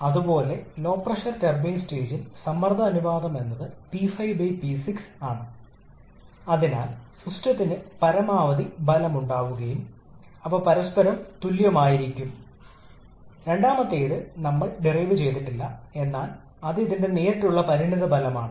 അവ ഓരോന്നും പ്രത്യേക ഓപ്പൺ സിസ്റ്റം അല്ലെങ്കിൽ പിണ്ഡമുള്ള സിസ്റ്റം ആയി മാതൃകയാക്കാം ഒരൊറ്റ വരവ് ഒറ്റ ഒഴുക്ക് എന്നിവയിൽ നിന്ന് പിണ്ഡം ഒഴുകുന്നു